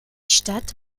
stadt